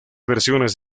versiones